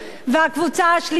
והקבוצה השלישית,